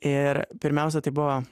ir pirmiausia tai buvo